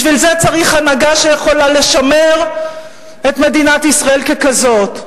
בשביל זה צריך הנהגה שיכולה לשמר את מדינת ישראל ככזאת,